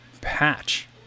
patch